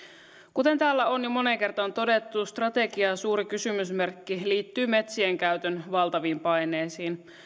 kuten täällä on jo moneen kertaan todettu strategian suuri kysymysmerkki liittyy metsien käytön valtaviin paineisiin